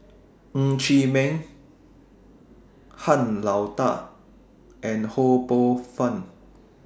Ng Chee Meng Han Lao DA and Ho Poh Fun